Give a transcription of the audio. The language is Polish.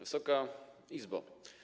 Wysoka Izbo!